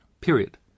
period